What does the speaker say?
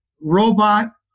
robot